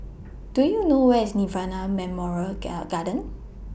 Do YOU know Where IS Nirvana Memorial Gill Garden